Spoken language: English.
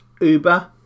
Uber